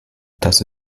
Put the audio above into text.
das